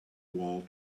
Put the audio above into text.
wall